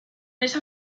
esa